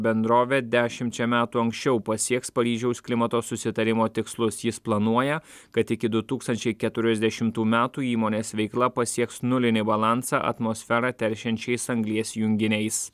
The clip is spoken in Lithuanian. bendrovė dešimčia metų anksčiau pasieks paryžiaus klimato susitarimo tikslus jis planuoja kad iki du tūkstančiai keturiasdešimtų metų įmonės veikla pasieks nulinį balansą atmosferą teršiančiais anglies junginiais